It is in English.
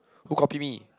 who copy me